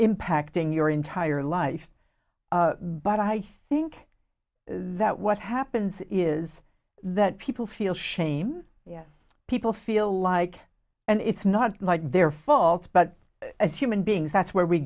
impacting your entire life but i think that what happens is that people feel shame yes people feel like and it's not like they're faults but as human beings that's where we